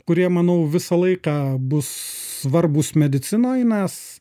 kurie manau visą laiką bus svarbūs medicinoj nes